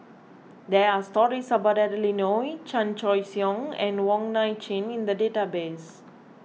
there are stories about Adeline Ooi Chan Choy Siong and Wong Nai Chin in the database